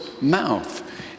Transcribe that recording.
mouth